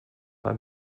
beim